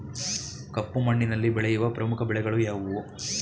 ಕಪ್ಪು ಮಣ್ಣಿನಲ್ಲಿ ಬೆಳೆಯುವ ಪ್ರಮುಖ ಬೆಳೆಗಳು ಯಾವುವು?